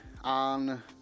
on